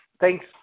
thanks